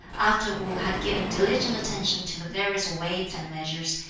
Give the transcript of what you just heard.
after wu had given diligent attention to the various weights and measures,